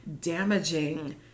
damaging